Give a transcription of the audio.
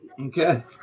Okay